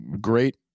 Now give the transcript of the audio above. Great